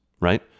right